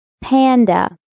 Panda